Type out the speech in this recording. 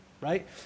right